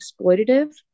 exploitative